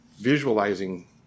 visualizing